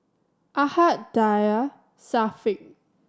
Ahad Dhia and Syafiq